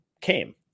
came